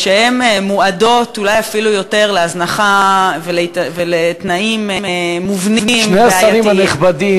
שהן מועדות אולי אפילו יותר להזנחה ולתנאים מובנים בעייתיים.